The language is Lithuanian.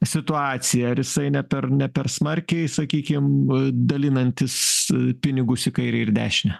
situaciją ar jisai ne per ne per smarkiai sakykim dalinantis pinigus į kairę ir į dešinę